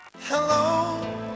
Hello